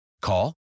Call